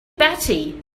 batty